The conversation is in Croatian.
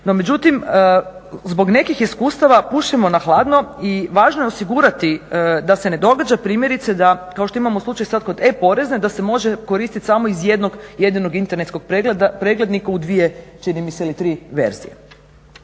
međutim zbog nekih iskustava pušemo na hladno i važno je osigurati da se ne događa primjerice da kao što imamo slučaj sada kod e-porezne da se može koristiti samo iz jednog, jedinog internetskog preglednika u dvije čini mi se ili tri verzije.